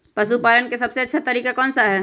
पशु पालन का सबसे अच्छा तरीका कौन सा हैँ?